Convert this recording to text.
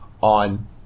on